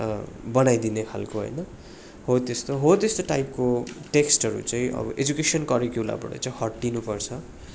बनाइदिने खाले होइन हो त्यस्तो हो त्यस्तो टाइपको टेक्स्टहरू चाहिँ अब एजुकेसन कारिकुलमबाट चाहिँ हट्नु पर्छ